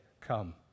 come